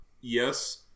yes